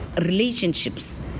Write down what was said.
relationships